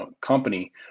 company